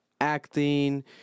acting